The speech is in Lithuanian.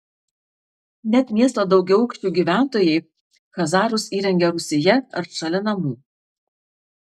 net miesto daugiaaukščių gyventojai chazarus įrengia rūsyje ar šalia namų